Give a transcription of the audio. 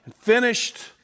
finished